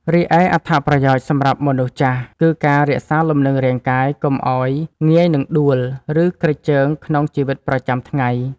រីឯអត្ថប្រយោជន៍សម្រាប់មនុស្សចាស់ គឺការរក្សាលំនឹងរាងកាយកុំឱ្យងាយនឹងដួល ឬគ្រេចជើងក្នុងជីវិតប្រចាំថ្ងៃ។